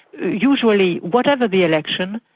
usually, whatever the election,